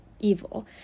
evil